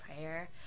prayer